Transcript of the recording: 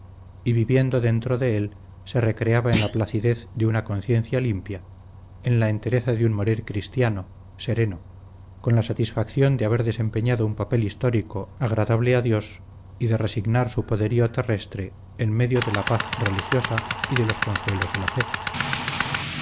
y viviendo dentro de él se recreaba en la placidez de una conciencia limpia en la entereza de un morir cristiano sereno con la satisfacción de haber desempeñado un papel histórico agradable a dios y de resignar su poderío terrestre en medio de la paz religiosa y de los consuelos de la fe